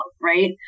right